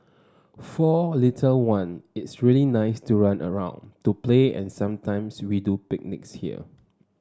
for little one it's really nice to run around to play and sometimes we do picnics here